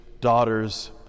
daughters